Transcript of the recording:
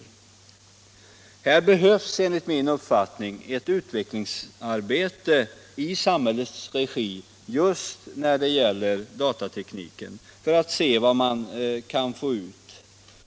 Just när det gäller datatekniken behövs enligt min uppfattning ett utvecklingsarbete i samhällets regi för att se vad man kan få ut.